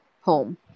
home